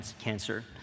cancer